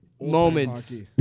moments